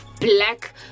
black